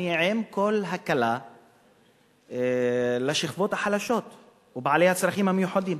עם כל ההקלה לשכבות החלשות ובעלי הצרכים המיוחדים,